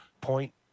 point